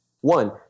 One